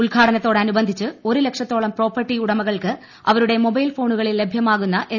ഉദ്ഘാടനത്തോട നുബന്ധിച്ച് ഒരു ലക്ഷത്തോളം പ്രോപ്പർട്ടി ഉടമകൾക്ക് അവരുടെ മൊബൈൽ ഫോണുകളിൽ ലഭ്യമാകുന്ന എസ്